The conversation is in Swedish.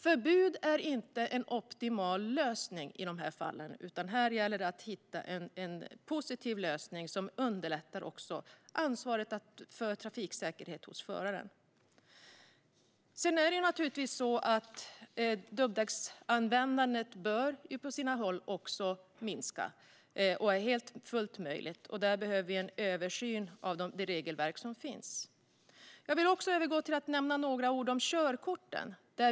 Förbud är inte en optimal lösning i de här fallen, utan här gäller det att hitta en positiv lösning som också underlättar förarens ansvar för trafiksäkerheten. Sedan är det naturligtvis så att dubbdäcksanvändandet bör minska på sina håll. Det är fullt möjligt. Där behöver vi en översyn av det regelverk som finns. Jag vill övergå till att säga några ord om körkorten.